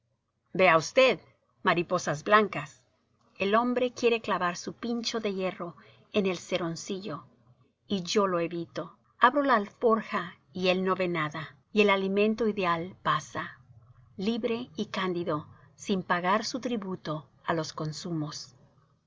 vea usted mariposas blancas el hombre quiere clavar su pincho de hierro en el seroncillo y yo lo evito abro la alforja y él no ve nada y el alimento ideal pasa libre y cándido sin pagar su tributo á los consumos